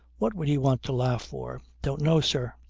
what would he want to laugh for? don't know, sir.